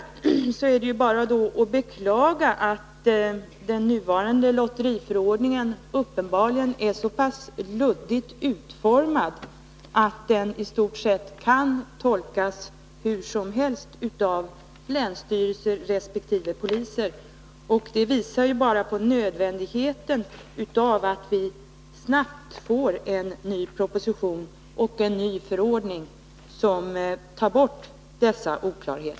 Det är bara att beklaga att den nuvarande lotteriförordningen uppenbarligen är så luddigt utformad, att den istort sett kan tolkas hur som helst av länsstyrelse resp. polis. Det visar bara på nödvändigheten av att vi snabbt får en ny proposition och en ny förordning som tar bort dessa oklarheter.